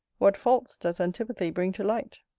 what faults does antipathy bring to light!